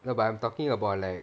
no but I'm talking about like